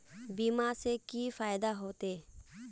बीमा से की फायदा होते?